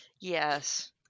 yes